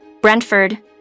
Brentford